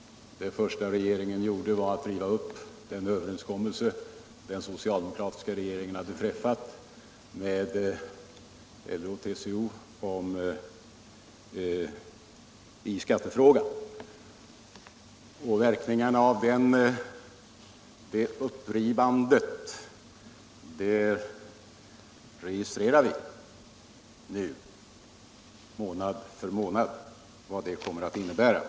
Det första regeringen gjorde var att riva upp den överenskommelse som den socialdemokratiska regeringen träffat med LO och TCO i skattefrågan. Och vi registrerar nu månad för månad vad det upprivandet kommer att innebära. Bl.